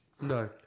No